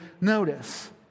notice